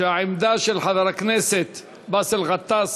שהעמדה של חבר הכנסת באסל גטאס